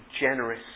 generous